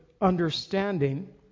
understanding